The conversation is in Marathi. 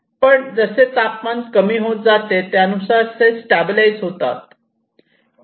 पण जसे तापमान कमी होत जाते त्यानुसार ते स्टॅबलाइज होतात